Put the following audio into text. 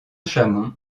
chamond